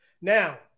Now